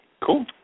cool